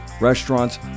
restaurants